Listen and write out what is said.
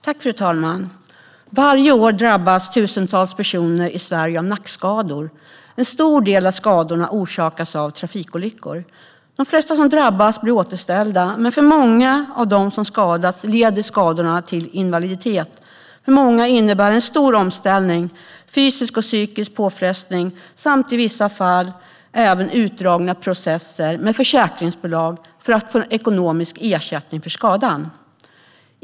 Fru talman! Varje år drabbas tusentals personer i Sverige av nackskador. En stor del av skadorna orsakas av trafikolyckor. De flesta som drabbas blir återställda, men för många av dem som har skadats leder skadorna till invaliditet. För många innebär detta en stor omställning, fysisk och psykisk påfrestning samt i vissa fall även utdragna processer med försäkringsbolag för att få ekonomisk ersättning för skadan.